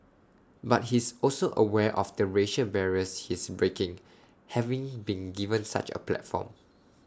but he's also aware of the racial barriers he's breaking having been given such A platform